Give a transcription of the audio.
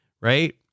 Right